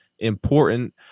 Important